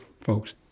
folks